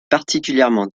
particulièrement